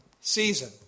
season